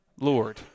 Lord